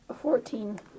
fourteen